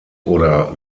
oder